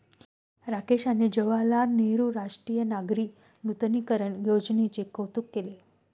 राकेश यांनी जवाहरलाल नेहरू राष्ट्रीय नागरी नूतनीकरण योजनेचे कौतुक केले